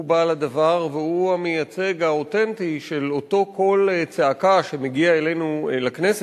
הוא בעל הדבר והוא המייצג האותנטי של אותו קול צעקה שמגיע אלינו לכנסת,